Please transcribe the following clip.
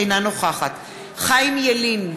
אינה נוכחת חיים ילין,